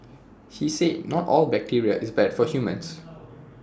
he said not all bacteria is bad for humans